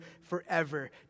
forever